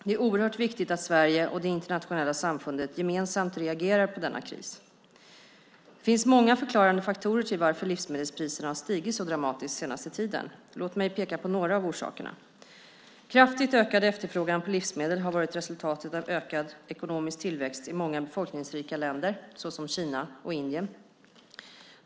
Det är oerhört viktigt att Sverige och det internationella samfundet gemensamt reagerar på denna kris. Det finns många förklarande faktorer till varför livsmedelspriserna har stigit så dramatiskt den senaste tiden. Låt mig peka på några av orsakerna: Kraftigt ökad efterfrågan på livsmedel har varit resultatet av ökad ekonomisk tillväxt i många befolkningsrika länder, såsom Kina och Indien.